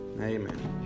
Amen